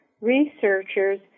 researchers